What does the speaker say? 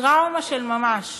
טראומה של ממש